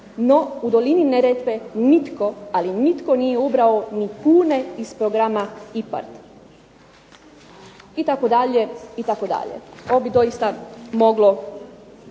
No, u dolini Neretve nitko, ali nitko nije ubrao ni kune iz programa IPARD.", itd., itd. Ovo bi doista moglo